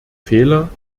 fehler